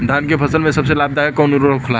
धान के फसल में सबसे लाभ दायक कवन उर्वरक होला?